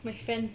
my fan